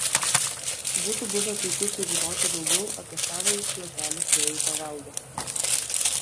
būtų buvę puiku sužinoti daugiau apie savąjį šlakelį fėjų paveldo